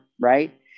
right